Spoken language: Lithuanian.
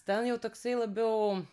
ten jau toksai labiau